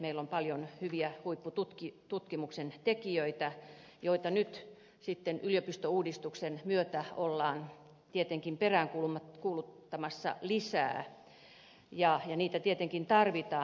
meillä on paljon hyviä huippututkimuksen tekijöitä joita nyt sitten yliopistouudistuksen myötä ollaan tietenkin peräänkuuluttamassa lisää ja heitä tietenkin tarvitaan